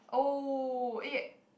oh it